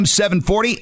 740